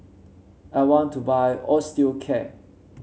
I want to buy Osteocare